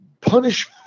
punish